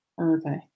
okay